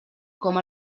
com